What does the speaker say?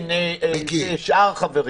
כן, ושאר החברים.